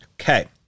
Okay